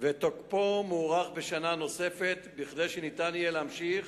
ותוקפו מוארך בשנה נוספת כדי שניתן יהיה להמשיך